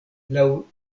laŭ